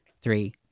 Three